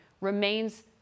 remains